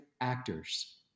actors